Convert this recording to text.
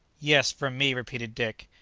yes, from me, repeated dick,